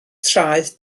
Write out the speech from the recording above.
traeth